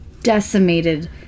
decimated